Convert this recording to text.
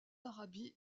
arabie